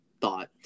thought